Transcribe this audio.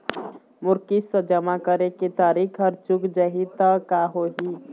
मोर किस्त जमा करे के तारीक हर चूक जाही ता का होही?